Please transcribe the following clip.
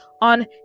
on